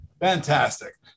Fantastic